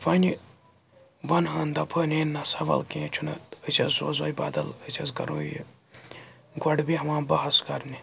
فَنہِ وَن ہَن دَپہن ہیے نَسا ول کیٚنٛہہ چھُنہٕ أسۍ حظ سوزہَے بدل أسۍ حظ کَرہوے یہِ گۄڈٕ بیٚہوان بہَس کَرنہِ